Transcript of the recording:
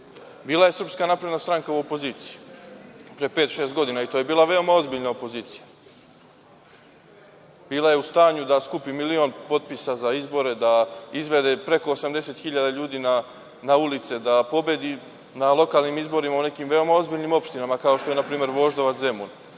Bila je SNS u opoziciji pre pet-šest godina, i to je bila veoma ozbiljna opozicija. Bila je u stanju da skupi milion potpisa za izbore, da izvede preko 80.000 ljudi na ulice, da pobedi na lokalnim izborima u nekim veoma ozbiljnim opštinama, kao što su npr. Voždovac i Zemun.